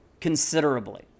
considerably